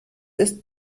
ist